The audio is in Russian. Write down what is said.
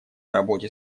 работе